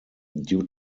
due